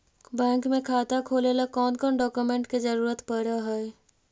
Bank में खाता खोले ल कौन कौन डाउकमेंट के जरूरत पड़ है?